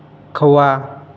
खवा